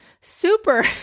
Super